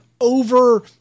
over